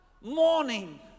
morning